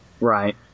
Right